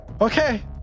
okay